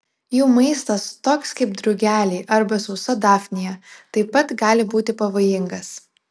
jų maistas toks kaip drugeliai arba sausa dafnija taip pat gali būti pavojingas